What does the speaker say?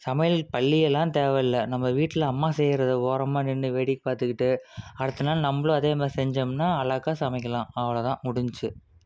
சமையல் பள்ளியெல்லாம் தேவைல்ல நம்ம வீட்டில் அம்மா செய்யுறத ஓரமாக நின்று வேடிக்கை பார்த்துக்கிட்டு அடுத்த நாள் நம்மளும் அதேமாதிரி செஞ்சோம்னா அழகா சமைக்கலாம் அவ்வளோதான் முடிஞ்சிது